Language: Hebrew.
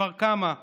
כפר קמא ועוד.